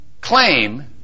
claim